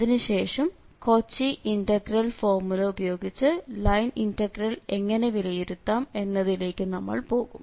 അതിനുശേഷം Cauchy integral ഫോർമുലഉപയോഗിച്ച് line integral എങ്ങനെ വിലയിരുത്താം എന്നതിലേക്കു നമ്മൾ പോകും